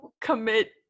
commit